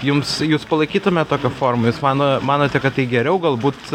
jums jus palaikytumėt tokią formą jūs mano manote kad tai geriau galbūt